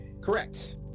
Correct